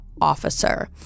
officer